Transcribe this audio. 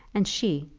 and she,